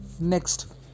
Next